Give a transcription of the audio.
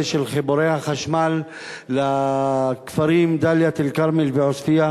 של חיבור החשמל לכפרים דאלית-אל-כרמל ועוספיא,